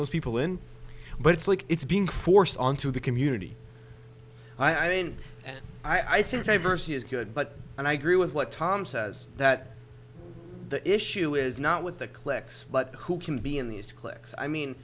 those people in but it's like it's being forced onto the community i mean i think diversity is good but and i agree with what tom says that the issue is not with the cliques but who can be in these cliques i mean